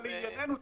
אבל לענייננו,